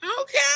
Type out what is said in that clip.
Okay